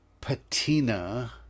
patina